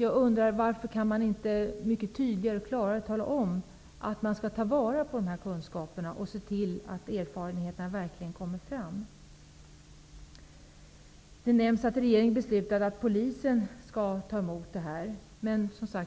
Jag undrar: Varför kan det inte mycket tydligare och klarare sägas att man skall ta vara på de här kunskaperna och se till att erfarenheterna verkligen kommer fram? Det nämns att regeringen har beslutat att polisen skall ta emot sådana här uppgifter,